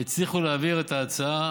והם הצליחו להעביר את ההצעה.